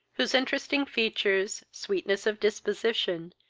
whose interesting features, sweetness of disposition,